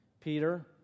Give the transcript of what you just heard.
Peter